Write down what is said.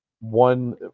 one